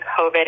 COVID